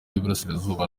y’iburasirazuba